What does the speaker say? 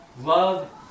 love